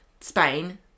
Spain